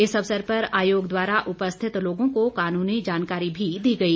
इस अवसर पर आयोग द्वारा उपस्थित लोगों को कानूनी जानकारी भी दी गई